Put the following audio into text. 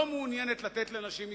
לא מעוניינת לתת לנשים הזדמנות,